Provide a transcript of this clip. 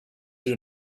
soon